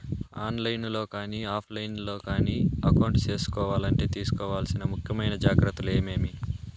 On line లో కానీ offline లో కానీ అకౌంట్ సేసుకోవాలంటే తీసుకోవాల్సిన ముఖ్యమైన జాగ్రత్తలు ఏమేమి?